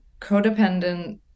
codependent